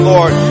Lord